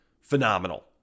phenomenal